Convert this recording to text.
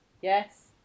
Yes